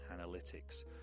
analytics